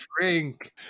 drink